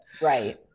Right